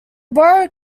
borough